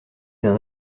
d’un